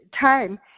time